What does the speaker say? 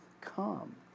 come